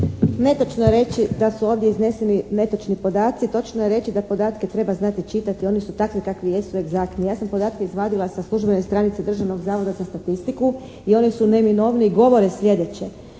Netočno je reći da su ovdje izneseni netočni podaci. Točno je reći da podatke treba znati čitati, oni su takvi kakvi jesu, egzaktni. Ja sam podatke izvadila sa službene stranice Državnog zavoda za statistiku i oni su neminovni, govore sljedeće: